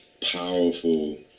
powerful